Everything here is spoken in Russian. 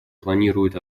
планируют